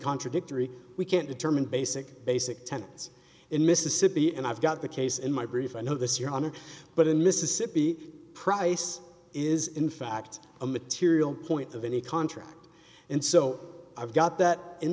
contradictory we can't determine basic basic tenants in mississippi and i've got the case in my brief i know this your honor but in mississippi price is in fact a material point of any contract and so i've got that in